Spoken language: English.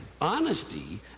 honesty